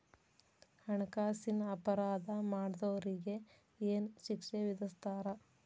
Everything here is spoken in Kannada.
ಹಣ್ಕಾಸಿನ್ ಅಪರಾಧಾ ಮಾಡ್ದೊರಿಗೆ ಏನ್ ಶಿಕ್ಷೆ ವಿಧಸ್ತಾರ?